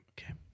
Okay